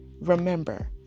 Remember